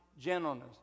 gentleness